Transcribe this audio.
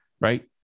Right